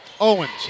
Owens